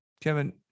Kevin